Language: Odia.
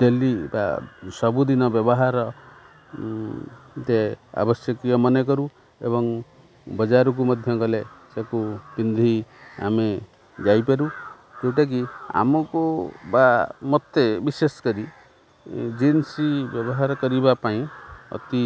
ଡେଲି ବା ସବୁଦିନ ବ୍ୟବହାର ଆବଶ୍ୟକୀୟ ମନେ କରୁ ଏବଂ ବଜାରକୁ ମଧ୍ୟ ଗଲେ ସେକୁ ପିନ୍ଧି ଆମେ ଯାଇପାରୁ ଯୋଉଟାକି ଆମକୁ ବା ମୋତେ ବିଶେଷ କରି ଜିନ୍ସ ବ୍ୟବହାର କରିବା ପାଇଁ ଅତି